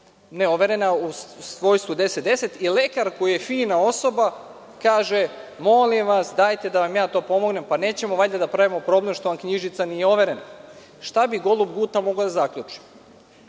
neoverena u svojstvu 1010, i lekar koji je fina osoba kaže – molim vas, dajte da vam ja to pomognem, nećemo valjda da pravimo problem što vam knjižica nije overena? Šta bi golub Guta mogao da zaključi?